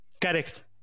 Correct